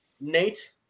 Nate